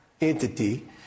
entity